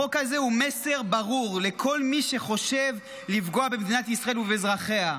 החוק הזה הוא מסר ברור לכל מי שחושב לפגוע במדינת ישראל ובאזרחיה.